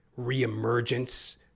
reemergence